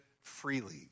freely